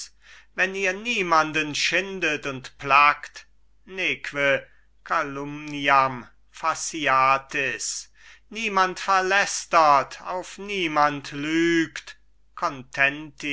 wenn ihr niemanden schindet und plackt neque calumniam faciatis niemand verlästert auf niemand lügt